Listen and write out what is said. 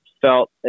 felt